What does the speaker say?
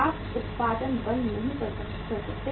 आप उत्पादन बंद नहीं कर सकते